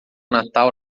natal